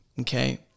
okay